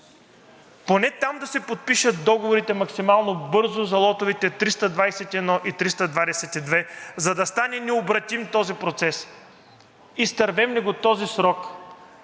Поне там да се подпишат договорите максимално бързо за лотовете 321 и 322, за да стане необратим този процес. Изтървем ли този срок,